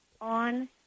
on